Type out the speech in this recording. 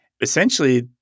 Essentially